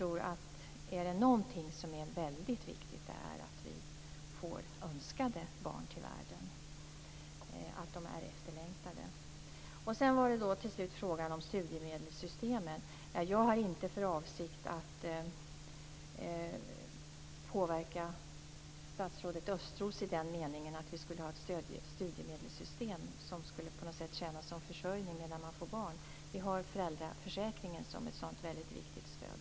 Är det någonting som är väldigt viktigt är det att vi får önskade barn till världen, att de är efterlängtade. Sedan var det till sist frågan om studiemedelssystemen. Jag har inte för avsikt att påverka statsrådet Östros i den meningen att vi skulle ha ett studiemedelssystem som på något sätt skulle tjäna som försörjningen medan man får barn. Vi har föräldraförsäkringen som ett sådant väldigt viktigt stöd.